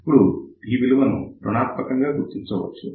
ఇప్పుడు ఈ R విలువ ను రుణాత్మకం గా గుర్తించవచ్చు